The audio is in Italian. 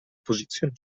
posizione